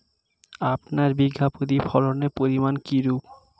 আপনার বিঘা প্রতি ফলনের পরিমান কীরূপ?